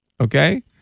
okay